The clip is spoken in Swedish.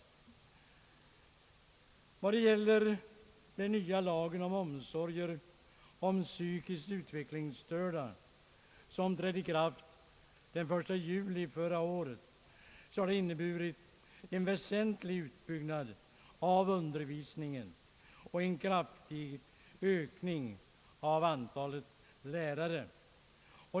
Den nya lagen om omsorger om vissa psykiskt utvecklingsstörda som trädde i kraft den 1 juli förra året har inneburit en väsentlig utbyggnad av undervisningen och en kraftig ökning av antalet lärare.